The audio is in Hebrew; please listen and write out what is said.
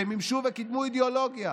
שמימשו וקידמו אידיאולוגיה,